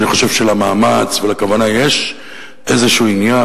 שאני חושב שלמאמץ ולכוונה יש איזה עניין,